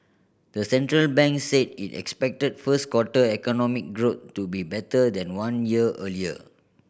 the central bank said it expected first quarter economic growth to be better than one year earlier